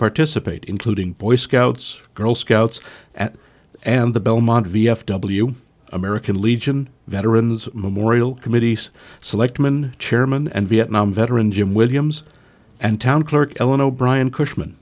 participate including boy scouts girl scouts at and the belmont v f w american legion veterans memorial committees selectman chairman and vietnam veteran jim williams and town clerk ellen o'brien cush